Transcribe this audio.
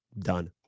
Done